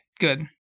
good